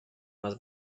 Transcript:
más